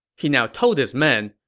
he now told his men,